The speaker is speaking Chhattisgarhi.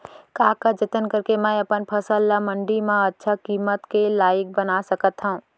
का का जतन करके मैं अपन फसल ला मण्डी मा अच्छा किम्मत के लाइक बना सकत हव?